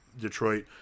detroit